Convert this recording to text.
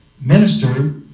Minister